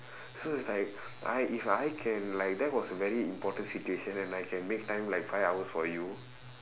so it's like I if I can like that was a very important situation and I can make time like five hours for you